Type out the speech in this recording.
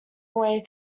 away